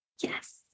Yes